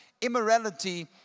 immorality